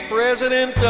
President